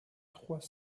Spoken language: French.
trois